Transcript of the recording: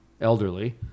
elderly